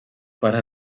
para